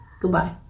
Goodbye